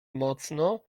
mocno